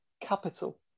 Capital